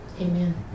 Amen